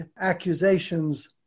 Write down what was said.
accusations